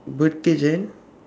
bird cage and